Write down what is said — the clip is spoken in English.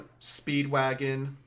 Speedwagon